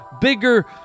bigger